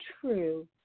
true